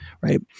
Right